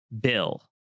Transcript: bill